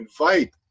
invite